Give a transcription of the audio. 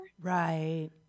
Right